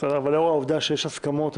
לאור העובדה שיש הסכמות,